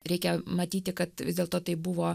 reikia matyti kad vis dėlto tai buvo